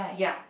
yeah